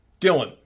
Dylan